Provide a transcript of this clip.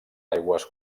aigües